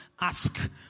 ask